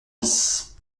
dix